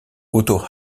otto